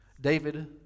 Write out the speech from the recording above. David